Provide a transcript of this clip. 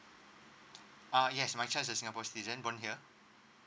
uh yes my child is a singapore citizen born here